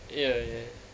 ya ya